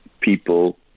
people